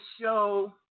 show